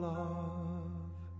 love